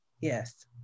Yes